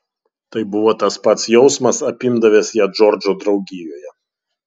tai buvo tas pats jausmas apimdavęs ją džordžo draugijoje